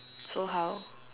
so how